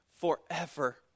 forever